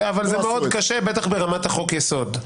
אבל זה מאוד קשה, בטח ברמת חוק היסוד.